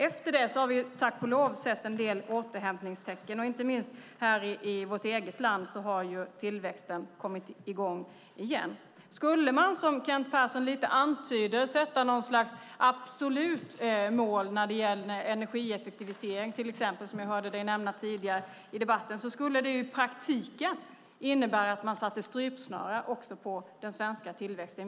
Efter det har vi tack och lov sett en del återhämtningstecken, och inte minst i vårt eget land har tillväxten kommit i gång igen. Skulle man, som Kent Persson antyder, sätta upp något slags absolut mål när det gäller energieffektivisering till exempel, som jag hörde dig nämna tidigare i debatten, skulle det i praktiken innebära att man satte strypsnara på den svenska tillväxten.